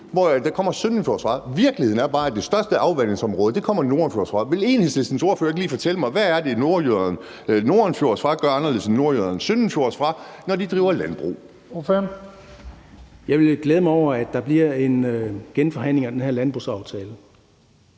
hvor det kommer søndenfjords fra. Virkeligheden er bare, at det største afvandingsområde ligger nordenfjords. Vil Enhedslistens ordfører ikke lige fortælle mig, hvad det er, nordjyderne nordenfjords fra gør anderledes end nordjyderne søndenfjords fra, når de driver landbrug? Kl. 15:07 Første næstformand (Leif Lahn Jensen):